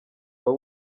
uba